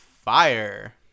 Fire